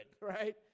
right